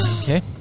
Okay